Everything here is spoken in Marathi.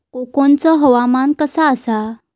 कोकनचो हवामान कसा आसा?